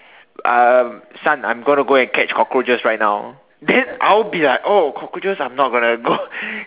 um son I'm going to go and catch cockroaches right now then I'll be like oh cockroaches I'm not going to go